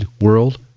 world